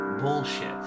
bullshit